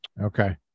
Okay